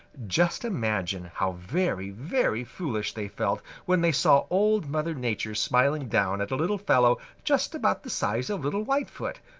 just imagine how very, very foolish they felt when they saw old mother nature smiling down at a little fellow just about the size of little whitefoot,